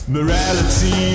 Morality